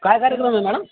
काय कार्यक्रम आहे मॅडम